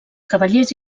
cavallers